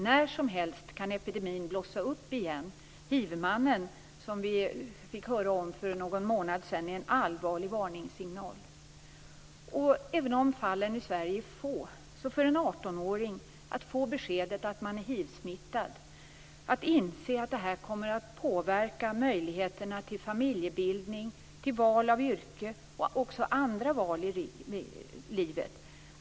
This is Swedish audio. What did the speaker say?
När som helst kan epidemin blossa upp igen. Hivmannen, som vi fick höra om för någon månad sedan, är en allvarlig varningssignal. Även om fallen i Sverige är få påverkas möjligheterna om man som 18-åring får beskedet att man är hivsmittad. Det gäller familjebildning, val av yrke och även andra val i livet.